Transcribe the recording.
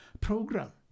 program